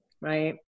right